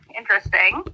interesting